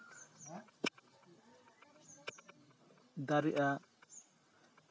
ᱫᱟᱨᱮᱜᱼᱟ